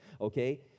okay